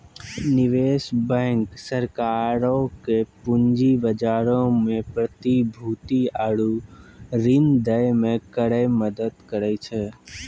निवेश बैंक सरकारो के पूंजी बजारो मे प्रतिभूति आरु ऋण दै मे करै मदद करै छै